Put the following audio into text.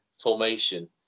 formation